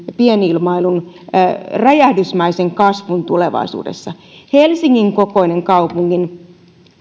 pienilmailun räjähdysmäisen kasvun tulevaisuudessa helsingin kokoisen kaupungin